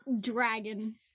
Dragon